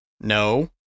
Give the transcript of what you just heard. No